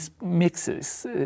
mixes